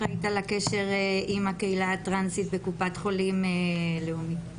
אחראית על הקשר עם הקהילה הטרנסית בקופת חולים לאומית.